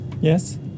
yes